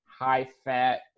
high-fat